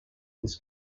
this